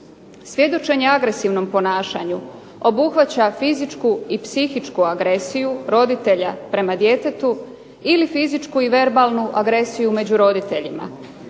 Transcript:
Svjedočenje agresivnom ponašanju obuhvaća fizičku i psihičku agresiju roditelja prema djetetu, ili fizičku i verbalnu agresiju među roditeljima.